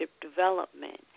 development